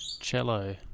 cello